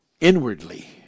inwardly